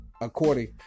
according